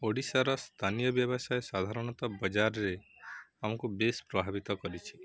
ଓଡ଼ିଶାର ସ୍ଥାନୀୟ ବ୍ୟବସାୟ ସାଧାରଣତଃ ବଜାରରେ ଆମକୁ ବେଶ ପ୍ରଭାବିତ କରିଛି